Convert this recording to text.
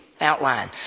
outline